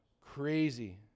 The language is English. Crazy